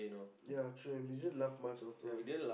ya true that we didn't laugh much also